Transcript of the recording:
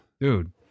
dude